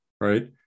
right